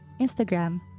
Instagram